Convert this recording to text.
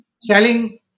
selling